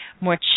more